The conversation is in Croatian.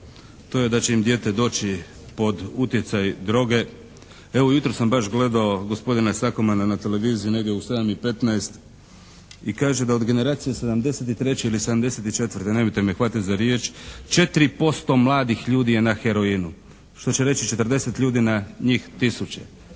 to je da će im dijete doći pod utjecaj droge. Evo jutros sam baš gledao gospodina Sakomana na televiziji, negdje u 7 i 15 i kaže da od generacije '73. ili '74. nemojte me hvatati za riječ 4% mladih ljudi je na heroinu. Što će reći 40 ljudi na njih